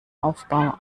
aufbau